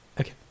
okay